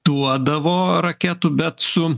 duodavo raketų bet su